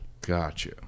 Gotcha